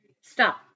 stop